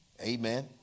Amen